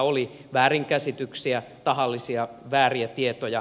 oli väärinkäsityksiä tahallisia vääriä tietoja